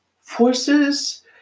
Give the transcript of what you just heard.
forces